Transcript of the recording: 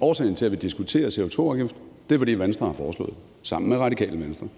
Årsagen til, at vi diskuterer CO2-afgift, er, at Venstre har foreslået det sammen med Radikale Venstre.